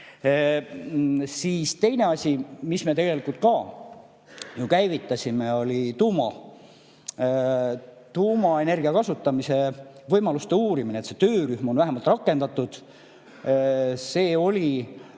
Teine asi, mis me tegelikult ka ju käivitasime, oli tuumaenergia kasutamise võimaluste uurimine. See töörühm on vähemalt rakendatud. See oli